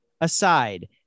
aside